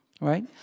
right